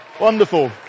wonderful